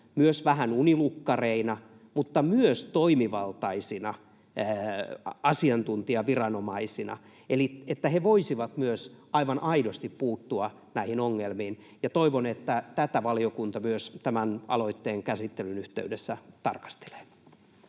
myös vähän unilukkareina, mutta myös toimivaltaisina asiantuntijaviranomaisina, eli he voisivat myös aivan aidosti puuttua näihin ongelmiin. Toivon, että tätä valiokunta myös tämän aloitteen käsittelyn yhteydessä tarkastelee.